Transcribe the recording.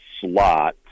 slot